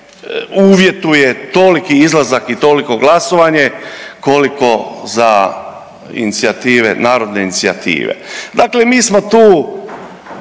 uvjetuje toliki izlazak i toliko glasovanje koliko za inicijative, narodne inicijative. Dakle, mi smo tu